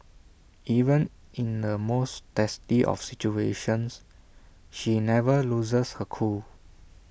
even in the most testy of situations she never loses her cool